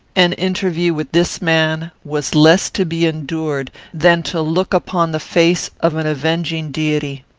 an interview with this man was less to be endured than to look upon the face of an avenging deity.